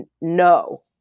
no